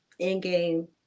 Endgame